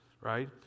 Right